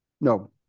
no